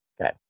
Okay